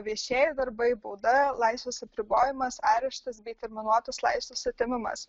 viešieji darbai bauda laisvės apribojimas areštas bei terminuotas laisvės atėmimas